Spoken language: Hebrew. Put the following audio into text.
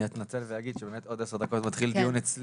אני אתנצל ואגיד שבאמת עוד 10 דקות מתחיל דיון אצלי.